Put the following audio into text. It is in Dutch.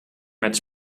met